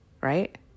right